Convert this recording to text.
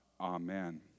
Amen